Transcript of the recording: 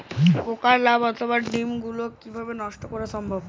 পোকার লার্ভা অথবা ডিম গুলিকে কী নষ্ট করা সম্ভব?